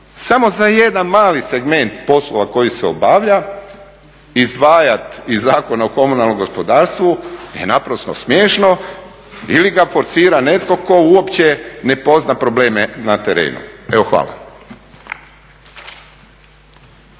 samo za jedan mali segment poslova koji se obavlja izdvajat iz Zakona o komunalnom gospodarstvu je naprosto smiješno ili ga forsira netko tko uopće ne pozna probleme na terenu. Hvala.